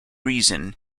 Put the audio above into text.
reason